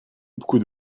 beaucoup